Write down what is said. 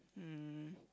hmm